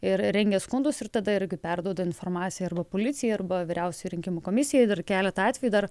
ir rengia skundus ir tada irgi perduoda informaciją arba policijai arba vyriausiai rinkimų komisijai dar keletą atvejų dar